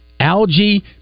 Algae